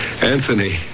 Anthony